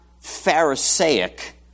Pharisaic